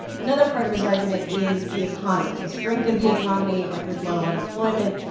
another part of his argument is the economy, the strength of the economy record-low unemployment,